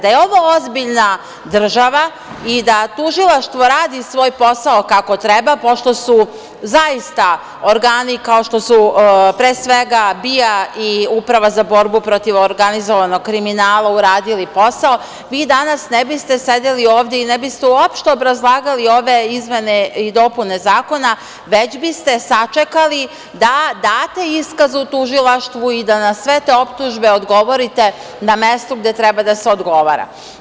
Da je ovo ozbiljna država i da Tužilaštvo radi svoj posao kako treba, pošto su zaista organi kao što su, pre svega, BIA i Uprava za borbu protiv organizovanog kriminala uradili posao, vi danas ne biste sedeli ovde i ne biste uopšte obrazlagali ove izmene i dopune zakona, već biste sačekali da date iskaz u Tužilaštvu i da na sve te optužbe odgovorite na mestu gde treba da se odgovara.